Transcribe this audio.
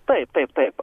taip taip taip